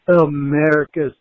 America's